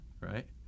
Right